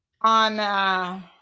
On